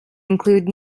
include